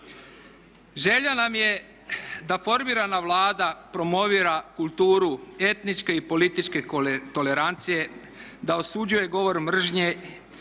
Želja nam je da formirana Vlada promovira kulturu etničke i političke tolerancije, da osuđuje govor mržnje i dosljedno